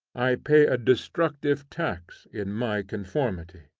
i pay a destructive tax in my conformity.